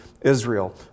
Israel